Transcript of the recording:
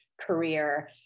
career